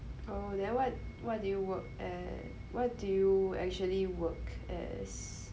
orh then what what did you work as what do you actually work as